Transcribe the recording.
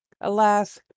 Alas